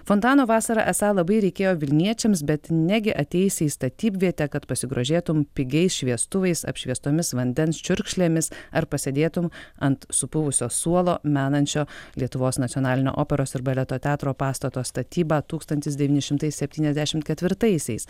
fontano vasarą esą labai reikėjo vilniečiams bet negi ateisi į statybvietę kad pasigrožėtum pigiais šviestuvais apšviestomis vandens čiurkšlėmis ar pasėdėtum ant supuvusio suolo menančio lietuvos nacionalinio operos ir baleto teatro pastato statybą tūkstantis devyni šimtai septyniasdešimt ketvirtaisiais